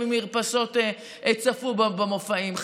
וצפו במופעים מהמרפסות,